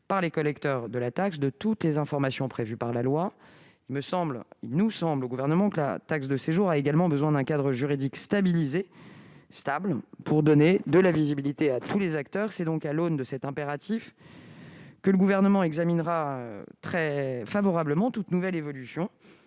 par les collecteurs de la taxe de toutes les informations prévues par la loi -, il semble au Gouvernement que la taxe de séjour a également besoin d'un cadre juridique stable pour donner de la visibilité à tous les acteurs. C'est donc à l'aune de cet impératif que le Gouvernement examinera très favorablement toute nouvelle évolution